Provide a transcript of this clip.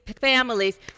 families